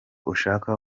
ushaka